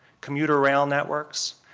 commuter rail networks,